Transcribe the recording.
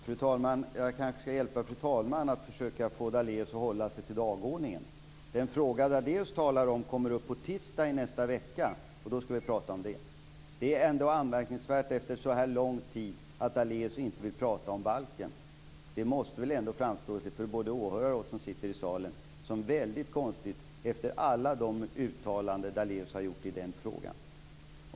Fru talman! Jag kanske skall hjälpa fru talmannen att försöka få Daléus att hålla sig till dagordningen. Den fråga Daléus talar om kommer upp på tisdag i nästa vecka. Då skall vi prata om det. Det är ändå anmärkningsvärt att Daléus efter så här lång tid inte vill prata om balken. Det måste väl ändå framstå, både för åhörare och för oss som sitter i salen, som väldigt konstigt efter alla de uttalanden som Daléus har gjort i denna fråga.